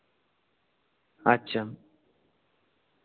ᱟᱪᱪᱷᱟ